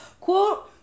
quote